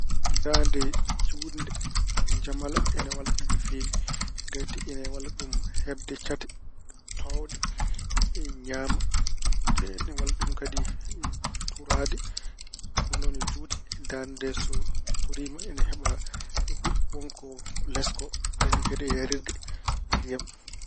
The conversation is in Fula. Daande juutnde njamala ina walla ɗum no feewi. Ngati ina walla ɗum heɓde cate toowɗe, ñaama. Ine walla ɗum kadi turaade, wonno ina juuti daande so turuuma ina heɓa huɗo wonko les ko. Kañum kadi e yarirde ndiyam.